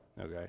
okay